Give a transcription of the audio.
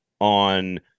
on